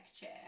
chair